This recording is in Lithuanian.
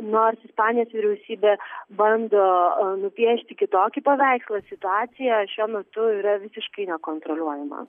nors ispanijos vyriausybė bando nupiešti kitokį paveikslą situacija šiuo metu yra visiškai nekontroliuojama